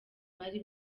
bari